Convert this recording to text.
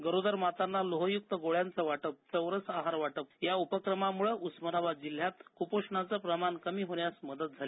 गरोदर मातांना लोहयुक्त गोळ्याचं वाटप चौरस आहार वाटप या उपक्रमामुळं उस्मानाबाद जिल्ह्यात कुपोषणाचं प्रमाण कमी होण्यास मदत झाली